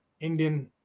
Indian